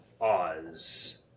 Oz